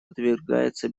подвергается